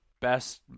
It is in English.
best